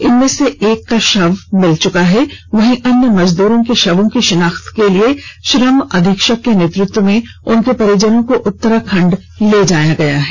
इनमें से एक का शव मिल चुका है वहीं अन्य मजदूरों के शवों की शिनाख्त के लिए श्रम अधीक्षक के नेतृत्व में उनके परिजनों को उत्तराखंड ले जाया गया है